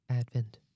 Advent